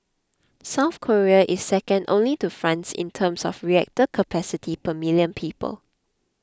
South Korea is second only to France in terms of reactor capacity per million people